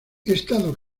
estado